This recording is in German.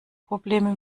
probleme